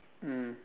mm